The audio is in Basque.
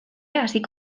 hasi